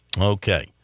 Okay